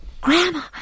Grandma